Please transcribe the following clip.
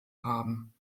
haben